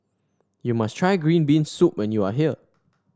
you must try Green Bean Soup when you are here